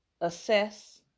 assess